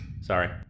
Sorry